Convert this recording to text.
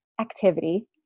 activity